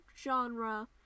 genre